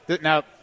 Now